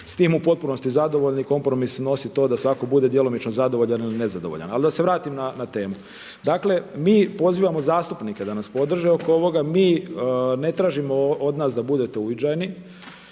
s tim u potpunosti zadovoljni. Kompromis nosi to da svatko bude djelomično zadovoljan ili nezadovoljan. Ali da se vratim na temu. Dakle, mi pozivamo zastupnike da nas podrže oko ovoga, mi ne tražimo od vas da budete uviđajni,